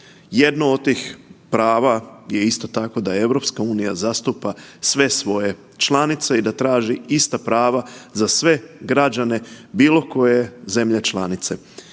Jednu od tih prava je isto tako da EU zastupa sve svoje članice i da traži ista prava za sve građane, bilo koje zemlje članice.